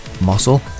muscle